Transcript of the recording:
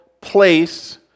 place